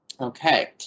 Okay